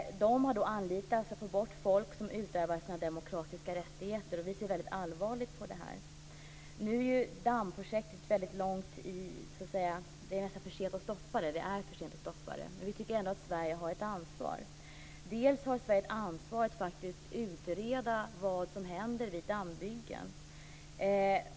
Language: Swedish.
De har anlitats för att få bort folk som utövar sina demokratiska rättigheter. Vi ser mycket allvarligt på detta. Nu är det för sent att stoppa dammbygget, men vi tycker ändå att Sverige har ett ansvar att faktiskt utreda vad som händer vid dammbyggen.